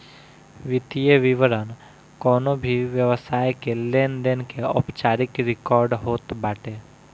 वित्तीय विवरण कवनो भी व्यवसाय के लेनदेन के औपचारिक रिकार्ड होत बाटे